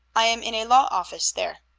i am in a law office there.